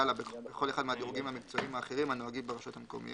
לה בכל אחד מהדירוגים המקצועיים האחרים הנוהגים ברשויות המקומיות,